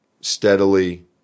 steadily